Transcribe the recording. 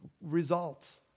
Results